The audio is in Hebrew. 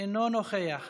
אינו נוכח,